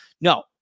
No